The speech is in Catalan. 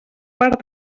part